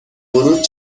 ورود